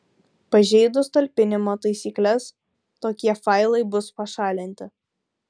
pažeidus talpinimo taisykles tokie failai bus pašalinti